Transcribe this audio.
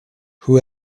who